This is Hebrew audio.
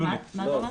לא.